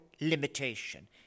limitation